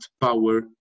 power